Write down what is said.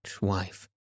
wife